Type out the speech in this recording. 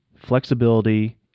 flexibility